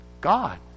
God